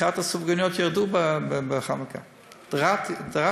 מכירת הסופגניות ירדה בחנוכה דרסטית.